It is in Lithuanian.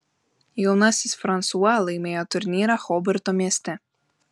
jaunasis fransua laimėjo turnyrą hobarto mieste